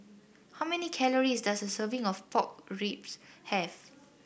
how many calories does a serving of Pork Ribs have